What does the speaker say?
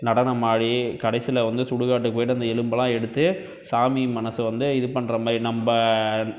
நடனம் ஆடி கடைசில் வந்து சுடுகாட்டுக்கு போயிட்டு அந்த எலும்புலாம் எடுத்து சாமி மனசை வந்து இது பண்ணுற மாதிரி நம்ம